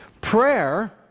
Prayer